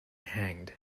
hanged